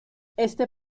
este